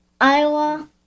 Iowa